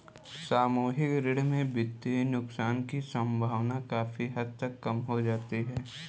सामूहिक ऋण में वित्तीय नुकसान की सम्भावना काफी हद तक कम हो जाती है